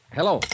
Hello